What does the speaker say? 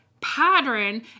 pattern